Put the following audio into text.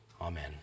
Amen